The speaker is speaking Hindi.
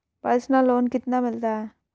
पर्सनल लोन कितना मिलता है?